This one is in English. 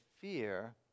fear